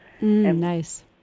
Nice